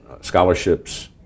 scholarships